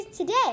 Today